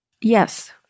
Yes